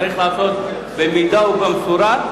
צריך להיעשות במידה ובמשורה.